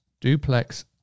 duplex